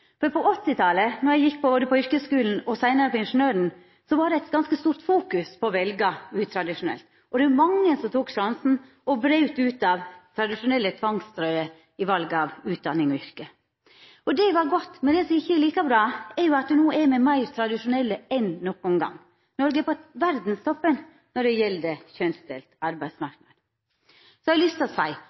På 1980-talet, da eg gjekk på yrkesskulen og seinare på Ingeniørhøgskulen, var det eit ganske stort fokus på å velja utradisjonelt. Mange tok sjansen og braut ut av tradisjonelle tvangstrøyer i val av utdanning og yrke. Det var godt, men det som ikkje er like bra, er at no er me meir tradisjonelle enn nokon gong. Noreg er på verdstoppen når det gjeld ein kjønnsdelt arbeidsmarknad. Så har eg lyst til å